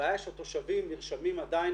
הבעיה היא שהתושבים נרשמים עדיין